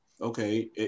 Okay